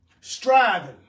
striving